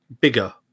bigger